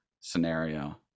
scenario